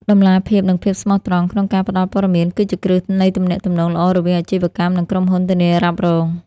តម្លាភាព និងភាពស្មោះត្រង់ក្នុងការផ្ដល់ព័ត៌មាន គឺជាគ្រឹះនៃទំនាក់ទំនងល្អរវាងអាជីវកម្ម និងក្រុមហ៊ុនធានារ៉ាប់រង។